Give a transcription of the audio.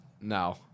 No